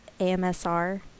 AMSR